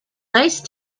nice